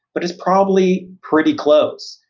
but it's probably pretty close.